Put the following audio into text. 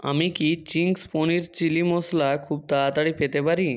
আমি কি Ching's paneer chilli মশলা খুব তাড়াতাড়ি পেতে পারি